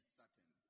certain